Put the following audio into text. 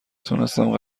تونستم